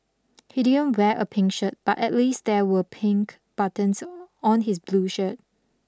he didn't wear a pink shirt but at least there were pink buttons on his blue shirt